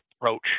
approach